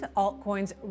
altcoins